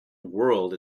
whirled